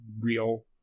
real